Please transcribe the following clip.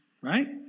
Right